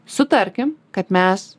sutarkim kad mes